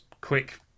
quick